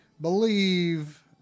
believe